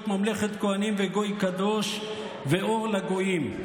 ממלכת כוהנים וגוי קדוש ואור לגויים,